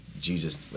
Jesus